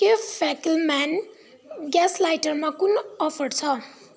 के फ्याकलम्यान ग्यास लाइटरमा कुन अफर छ